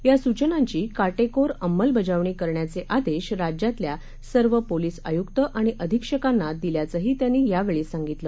या सूचनांची कार्किर अंमलबजावणी करण्याचे आदेश राज्यातल्या सर्व पोलिस आयुक्त आणि अधिक्षकांना दिल्याचंही त्यांनी यावेळी सांगितलं